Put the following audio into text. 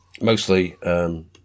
mostly